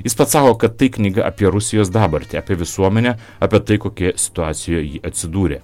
jis pats sako kad tai knyga apie rusijos dabartį apie visuomenę apie tai kokioje situacijoje ji atsidūrė